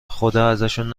خداازشون